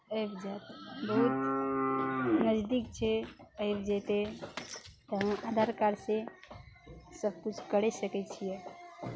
आबि जाएत बहुत नजदीक छै आइब जेतै तऽ हम आधार काडसे सबकुछ करे सकै छियै